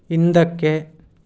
ಹಿಂದಕ್ಕೆ